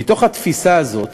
מתוך התפיסה הזאת